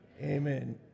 amen